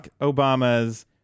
obama's